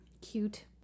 cute